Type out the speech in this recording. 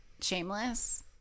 Shameless